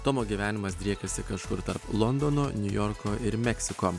tomo gyvenimas driekiasi kažkur tarp londono niujorko ir meksiko